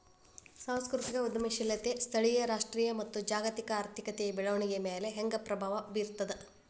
ಸಾಂಸ್ಕೃತಿಕ ಉದ್ಯಮಶೇಲತೆ ಸ್ಥಳೇಯ ರಾಷ್ಟ್ರೇಯ ಮತ್ತ ಜಾಗತಿಕ ಆರ್ಥಿಕತೆಯ ಬೆಳವಣಿಗೆಯ ಮ್ಯಾಲೆ ಹೆಂಗ ಪ್ರಭಾವ ಬೇರ್ತದ